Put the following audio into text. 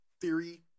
theory